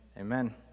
Amen